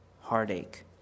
heartache